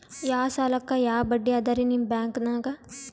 ಯಾ ಸಾಲಕ್ಕ ಯಾ ಬಡ್ಡಿ ಅದರಿ ನಿಮ್ಮ ಬ್ಯಾಂಕನಾಗ?